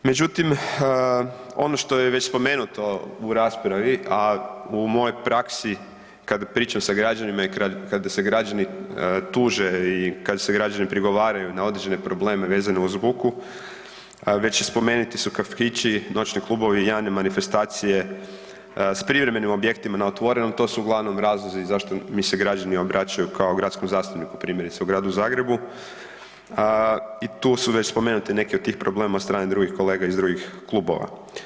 Međutim, ono što je već spomenuto u raspravi, a u mojoj praksi kada pričanim sa građanima i kada se građani tuže i kada građani prigovaraju na određene probleme vezano uz buku već spomenuti su kafići, noćni klubovi i javne manifestacije s privremenim objektima na otvorenom to su uglavnom razlozi zašto mi se građani obraćaju kao gradskom zastupniku primjerice u Gradu Zagrebu i tu su već spomenute neke od tih problema od strane drugih kolega iz drugih klubova.